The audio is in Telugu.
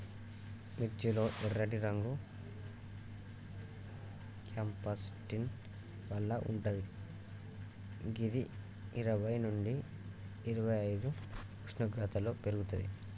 మిర్చి లో ఎర్రటి రంగు క్యాంప్సాంటిన్ వల్ల వుంటది గిది ఇరవై నుండి ఇరవైఐదు ఉష్ణోగ్రతలో పెర్గుతది